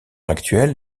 actuel